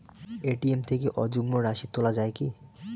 ATM থেকে অযুগ্ম রাশি তোলা য়ায় কি?